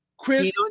Chris